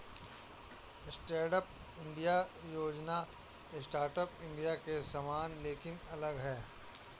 stand up India योजना startup India के समान लेकिन अलग है